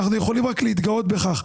אנחנו יכולים רק להתגאות בכך.